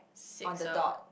six ah